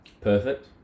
Perfect